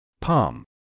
Palm